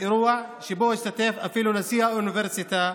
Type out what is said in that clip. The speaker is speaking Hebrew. אירוע שבו השתתף אפילו נשיא האוניברסיטה,